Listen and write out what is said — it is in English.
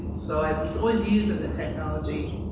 so i was always using the technology,